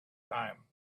time